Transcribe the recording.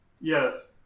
Yes